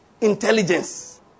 intelligence